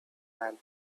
and